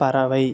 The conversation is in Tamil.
பறவை